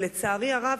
לצערי הרב,